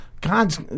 God's